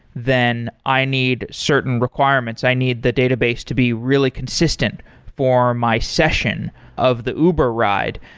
then i need certain requirements. i need the database to be really consistent for my session of the uber ride.